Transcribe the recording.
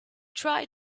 try